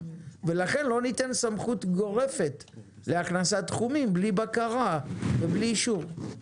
לכן לא ניתן סמכות גורפת להכנסת תחומים בלי בקרה ובלי אישור.